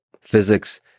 Physics